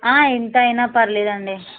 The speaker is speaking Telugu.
ఎంత అయినా పర్లేదు అండి